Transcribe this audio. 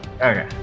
Okay